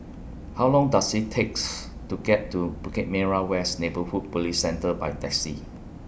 How Long Does IT takes to get to Bukit Merah West Neighbourhood Police Centre By Taxi